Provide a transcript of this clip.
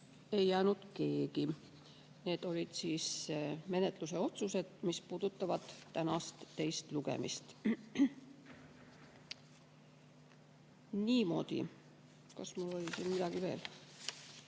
ei jäänud keegi. Need olid menetlusotsused, mis puudutavad tänast teist lugemist. Niimoodi. Kas mul oli siin midagi veel?